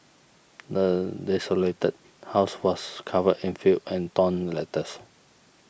the desolated house was covered in filth and torn letters